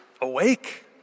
Awake